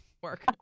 work